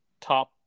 top